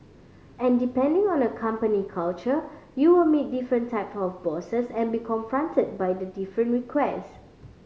and depending on a company culture you will meet different type of bosses and be confronted by the different requests